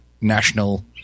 national